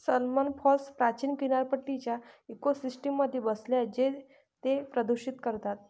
salmon farms प्राचीन किनारपट्टीच्या इकोसिस्टममध्ये बसले आहेत जे ते प्रदूषित करतात